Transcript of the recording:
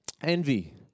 envy